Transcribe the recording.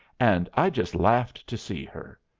and i just laughed to see her.